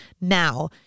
Now